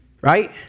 Right